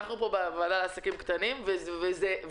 אנחנו פה בוועדה לעסקים קטנים ובינוניים.